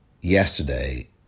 yesterday